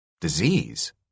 Disease